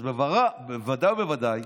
אז בוודאי ובוודאי,